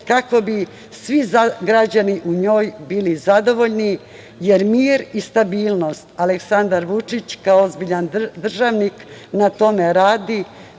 kako bi svi građani u njoj bili zadovoljni, jer mir i stabilnost… Aleksandar Vučić, kao ozbiljan državnik, na tome radi.